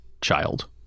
child